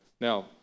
Now